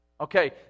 Okay